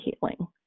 healing